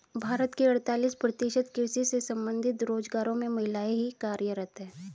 भारत के अड़तालीस प्रतिशत कृषि से संबंधित रोजगारों में महिलाएं ही कार्यरत हैं